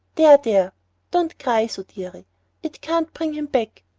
there there don't cry so, dearie. it can't bring him back.